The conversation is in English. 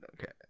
okay